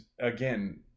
again